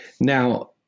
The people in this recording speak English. Now